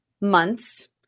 months